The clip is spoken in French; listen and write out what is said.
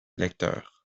lecteurs